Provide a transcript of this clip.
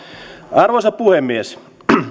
arvoisa puhemies